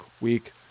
week